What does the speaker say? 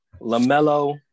LaMelo